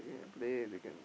they can play they can